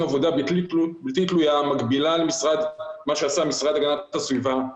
עבודה בלתי תלויה המקבילה למה שעשה המשרד להגנת הסביבה.